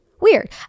weird